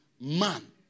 Man